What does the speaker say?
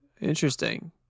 Interesting